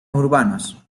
urbanos